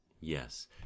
Yes